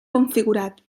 configurat